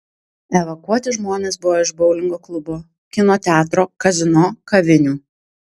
evakuoti žmonės buvo iš boulingo klubo kino teatro kazino kavinių